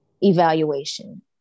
evaluation